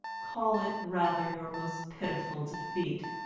call it rather your most pitiful defeat.